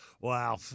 Wow